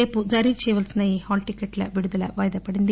రేపు జారీ చేయవలసిన హాల్ టిక్కెట్ల విడుదల వాయిదా పడింది